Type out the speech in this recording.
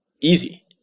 easy